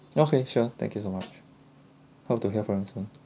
okay sure thank you so much hope to hear from you soon